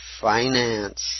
finance